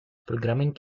programming